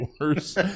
worse